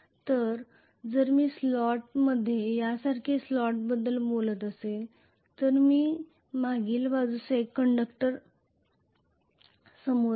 तर जर मी या स्लॉटमध्ये यासारख्या स्लॉटबद्दल बोलत आहे तर मी मागील बाजूस 1 कंडक्टर समोर आहे